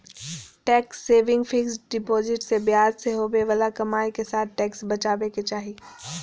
tax saving fixed deposit से ब्याज से होवे बाला कमाई के साथ टैक्स बचाबे के चाही